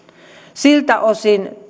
siltä osin